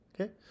Okay